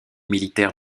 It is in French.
militaire